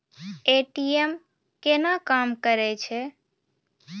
ATM केना काम करै छै?